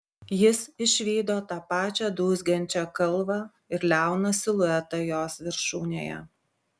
jis išvydo tą pačią dūzgiančią kalvą ir liauną siluetą jos viršūnėje